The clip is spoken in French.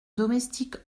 domestique